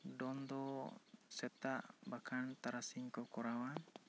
ᱰᱚᱱ ᱫᱚ ᱥᱮᱛᱟᱜ ᱵᱟᱠᱷᱟᱱ ᱛᱟᱨᱟᱥᱤᱧ ᱠᱚ ᱠᱚᱨᱟᱣᱟ